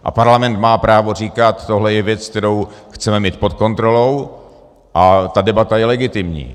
A Parlament má právo říkat, tohle je věc, kterou chceme mít pod kontrolou, a ta debata je legitimní.